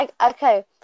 okay